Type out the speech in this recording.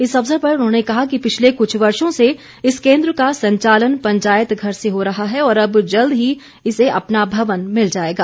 इस अवसर पर उन्होंने कहा कि पिछले कुछ वर्षो से इस केन्द्र का संचालन पंचायत घर से हो रहा है और अब जल्द ही इसे अपना भवन मिल जाएगा